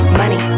money